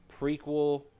prequel